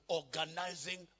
organizing